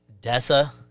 Dessa